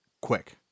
quick